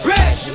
Rich